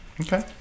Okay